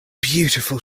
beautiful